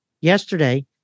yesterday